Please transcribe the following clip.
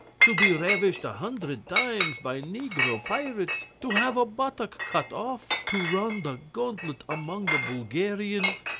to be ravished a hundred times by negro pirates, to have a buttock cut off, to run the gauntlet among the bulgarians,